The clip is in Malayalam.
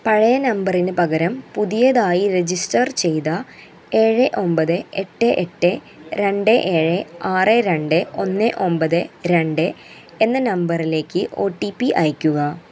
പഴയ നമ്പറിന് പകരം പുതിയതായി രജിസ്റ്റർ ചെയ്ത ഏഴ് ഒമ്പത് എട്ട് എട്ട് രണ്ട് ഏഴ് ആറ് രണ്ട് ഒന്ന് ഒമ്പത് രണ്ട് എന്ന നമ്പറിലേക്ക് ഒ ടി പി അയയ്ക്കുക